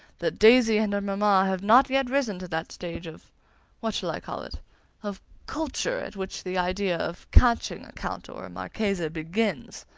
that daisy and her mamma have not yet risen to that stage of what shall i call it of culture at which the idea of catching a count or a marchese begins.